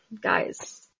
Guys